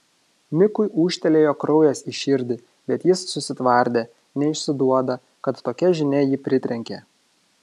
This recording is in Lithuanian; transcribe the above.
mikui ūžtelėjo kraujas į širdį bet jis susitvardė neišsiduoda kad tokia žinia jį pritrenkė